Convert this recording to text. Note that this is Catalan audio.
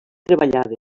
treballades